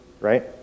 right